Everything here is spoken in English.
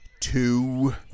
two